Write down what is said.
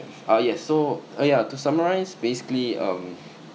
err yes so uh yeah to summarize basically um